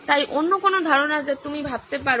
তাই অন্য কোন ধারনা যা তুমি ভাবতে পারো